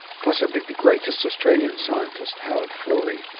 possibly the greatest australian scientist, howard florey,